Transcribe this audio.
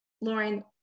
Lauren